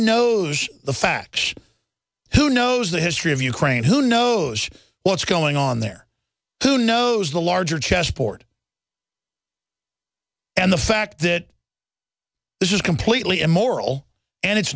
knows the facts who knows the history of ukraine who knows what's going on there who knows the larger chessboard and the fact that this is completely immoral and it's